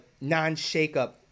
non-shakeup